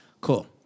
Cool